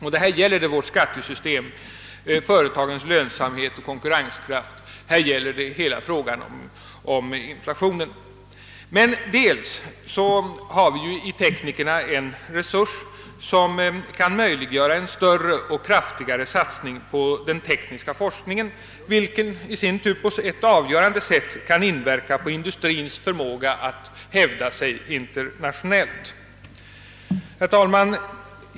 Det aktualiserar åter frågan om vårt skattesystem, om företagens lönsamhet och konkurrenskraft, om inflationen. Vi har emellertid i teknikerna en resurs som kan möjliggöra en större och kraftigare satsning på den tekniska forskningen, vilken i sin tur på ett avgörande sätt kan inverka på industrins förmåga att hävda sig internationellt. Herr talman!